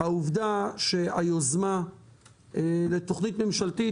העובדה שהיוזמה לתוכנית ממשלתית,